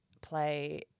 play